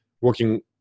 working